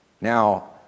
Now